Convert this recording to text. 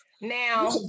Now